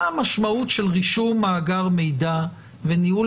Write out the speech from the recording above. מה המשמעות של רישום מאגר מידע וניהול